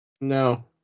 No